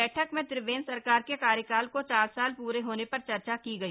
बैठक में त्रिवेंद्र सरकार के कार्यकाल को चार साल प्रे होने पर चर्चा की गई